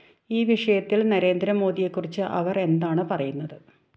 ഈ വിഷയത്തിൽ നരേന്ദ്ര മോദിയെക്കുറിച്ച് അവർ എന്താണ് പറയുന്നത്